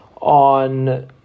on